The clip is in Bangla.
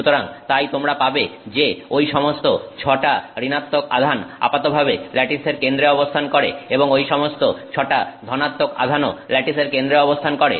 সুতরাং তাই তোমরা পাবে যে ঐ সমস্ত 6টা ঋণাত্মক আধান আপাতভাবে ল্যাটিসের কেন্দ্রে অবস্থান করে এবং ঐ সমস্ত 6টা ধনাত্মক আধানও ল্যাটিসের কেন্দ্রে অবস্থান করে